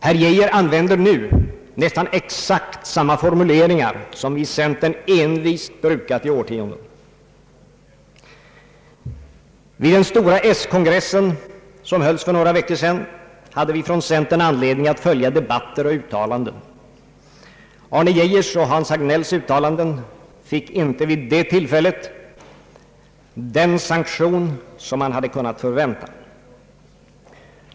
Herr Geijer använder nu nästan exakt samma formuleringar som vi i centern envist brukat i årtionden. Vid den stora s-kongressen, som hölls för några veckor sedan, hade vi från centern anledning att följa debatter och uttalanden. Arne Geijers och Hans Hagnells uttalanden fick inte vid det tillfället den sanktion som man hade kunnat förvänta.